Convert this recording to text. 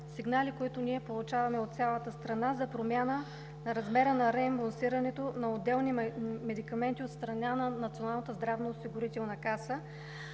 които ние получаваме от цялата страна, за промяна на размера на реимбурсирането на отделни медикаменти от страна на Националната здравноосигурителна каса